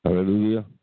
Hallelujah